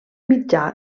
mitjà